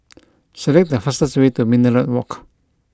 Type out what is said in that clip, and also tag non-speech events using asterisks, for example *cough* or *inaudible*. *noise* select the fastest way to Minaret Walk